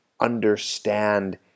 understand